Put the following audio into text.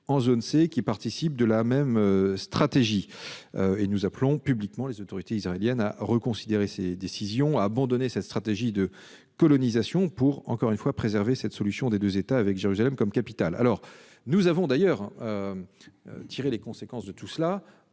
en zone C, qui participent de la même stratégie. De même, nous appelons publiquement les autorités israéliennes à reconsidérer ces décisions et à abandonner cette stratégie de colonisation afin de préserver la solution des deux États avec Jérusalem comme capitale. Nous avons tiré les conséquences de cette